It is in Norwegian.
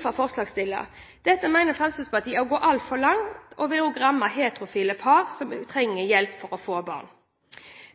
fra forslagsstillerne. Dette mener Fremskrittspartiet er å gå altfor langt, og det vil også ramme heterofile par som trenger hjelp for å få barn.